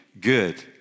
good